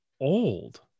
old